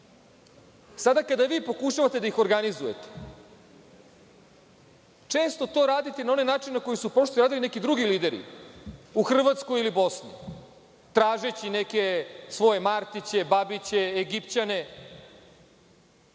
Sada kada vi pokušavate da ih organizujete, često to radite na onaj način na koji su to radili neki drugi lideri, u Hrvatskoj ili Bosni, tražeći neke svoje Martiće, Babiće, Egipćane. Ključno